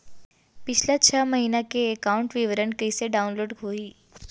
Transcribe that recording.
पिछला छः महीना के एकाउंट विवरण कइसे डाऊनलोड होही?